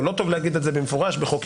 לא טוב להגיד את זה במפורש בחוק-יסוד,